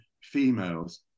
females